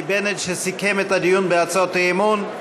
בנט שסיכם את הדיון בהצעות האי-אמון.